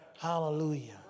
Hallelujah